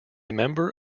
member